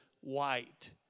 white